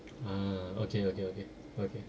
ah okay okay okay okay